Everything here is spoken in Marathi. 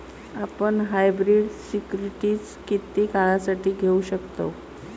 आपण हायब्रीड सिक्युरिटीज किती काळासाठी घेऊ शकतव